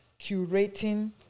curating